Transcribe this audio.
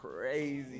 crazy